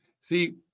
See